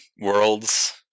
worlds –